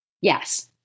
Yes